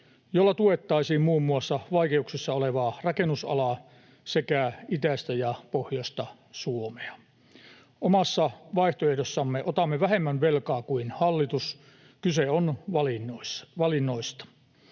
jolla tuettaisiin muun muassa vaikeuksissa olevaa rakennusalaa sekä itäistä ja pohjoista Suomea. Omassa vaihtoehdossamme otamme vähemmän velkaa kuin hallitus. Kyse on valinnoista.